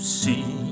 see